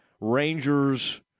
Rangers